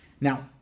Now